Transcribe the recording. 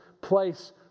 place